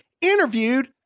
interviewed